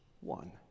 one